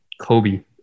Kobe